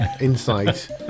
insight